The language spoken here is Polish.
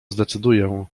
zdecyduję